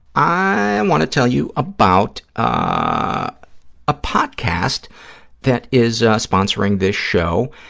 i want to tell you about ah a podcast that is sponsoring this show,